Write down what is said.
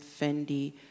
Fendi